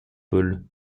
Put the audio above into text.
paul